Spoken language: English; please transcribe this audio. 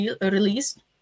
released